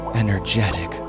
energetic